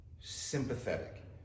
sympathetic